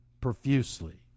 profusely